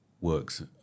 works